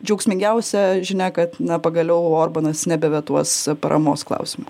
džiaugsmingiausia žinia kad pagaliau orbanas nebevetuos paramos klausimo